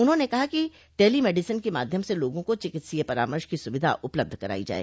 उन्होंने कहा कि टेलीमेडिसिन के माध्यम से लोगों को चिकित्सीय परामर्श की सुविधा उपलब्ध कराई जाए